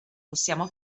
possiamo